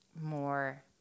more